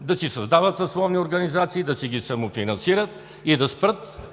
да си създават съсловни организации и да ги самофинансират и да спрат